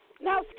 Now